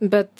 bet